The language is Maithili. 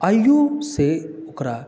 आइयो से ओकरा